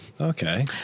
Okay